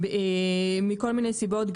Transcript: מכל מיני סיבות,